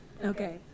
Okay